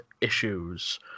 issues